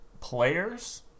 players